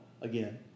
again